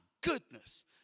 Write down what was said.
goodness